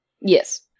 Yes